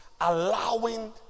allowing